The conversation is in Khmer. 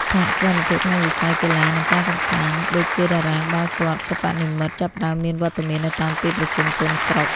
សហគ្រិនភាពក្នុងវិស័យ "កីឡា និងការកម្សាន្ត" ដូចជាតារាងបាល់ទាត់សិប្បនិម្មិត ចាប់ផ្ដើមមានវត្តមាននៅតាមទីប្រជុំជនស្រុក។